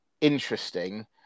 interesting